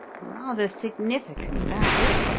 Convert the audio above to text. rather significant, that.